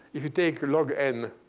if you take log n